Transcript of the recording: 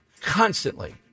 Constantly